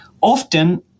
often